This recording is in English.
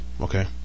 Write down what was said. Okay